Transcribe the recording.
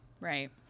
right